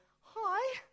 hi